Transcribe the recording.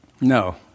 No